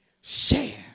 share